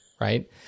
right